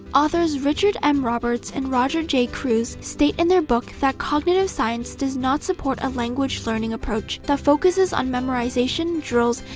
authors richard m. roberts and roger j. kreuz state in their book that cognitive science does not support a language-learning approach that focuses on memorization, drills,